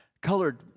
colored